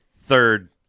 third